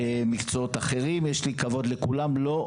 יש לי כבוד לכל המקצועות,